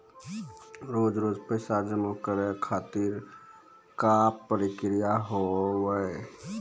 रोज रोज पैसा जमा करे खातिर का प्रक्रिया होव हेय?